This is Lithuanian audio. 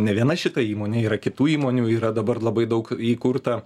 ne viena šita įmonė yra kitų įmonių yra dabar labai daug įkurta